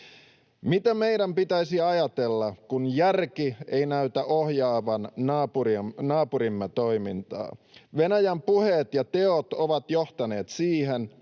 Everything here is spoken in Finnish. Mitä meidän pitäisi ajatella, kun järki ei näytä ohjaavan naapurimme toimintaa? Venäjän puheet ja teot ovat johtaneet siihen,